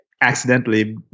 accidentally